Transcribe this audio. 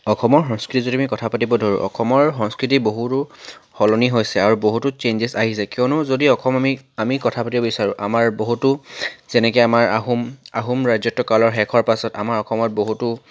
অসমৰ সংস্কৃতি যদি আমি কথা পাতিব ধৰো অসমৰ সংস্কৃতি বহুতো সলনি হৈছে আৰু বহুতো চেইঞ্জেছ আহিছে কিয়নো যদি অসম আমি আমি কথা পাতিব বিচাৰো আমাৰ বহুতো যেনেকৈ আমাৰ আহোম আহোম ৰাজত্বকালৰ শেষৰ পাছত আমাৰ অসমত বহুতো